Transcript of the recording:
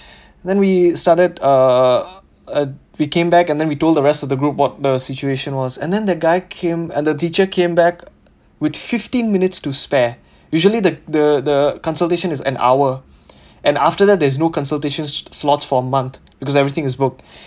then we started uh uh we came back and then we told the rest of the group what the situation was and then the guy came and the teacher came back with fifteen minutes to spare usually the the consultation is an hour and after that there's no consultations slots for month because everything is booked